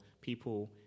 people